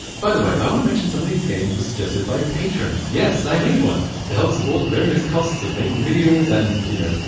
by the way, i wanna mention some of these games were suggested by patrons yes i made one! to help support the various costs of making videos and, you know,